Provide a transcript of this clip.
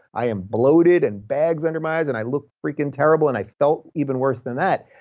i am bloated and bags under my eyes. and i looked freaking terrible and i felt even worse than that.